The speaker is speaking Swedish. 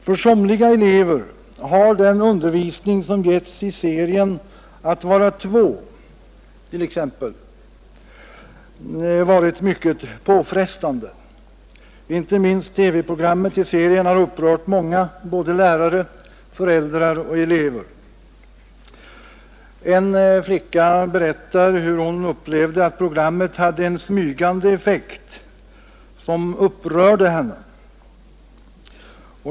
För somliga elever har den undervisning som getts i t.ex. serien Att vara två varit mycket påfrestande. Inte minst TV-programmet i serien har upprört många, både lärare, föräldrar och elever. En flicka berättar hur hon upplevde att programmet hade en smygande effekt, som upprörde henne.